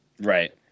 right